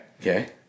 Okay